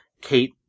Kate